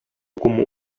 como